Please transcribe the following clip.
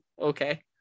okay